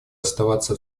оставаться